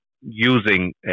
using